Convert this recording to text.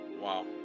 Wow